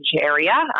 area